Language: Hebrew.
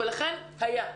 ולכן היה.